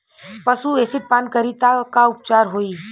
पशु एसिड पान करी त का उपचार होई?